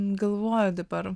galvoju dabar